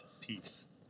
Peace